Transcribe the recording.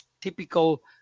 typical